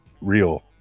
real